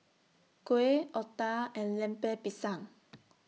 Kuih Otah and Lemper Pisang